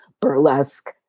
burlesque